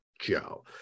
Joe